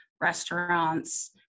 restaurants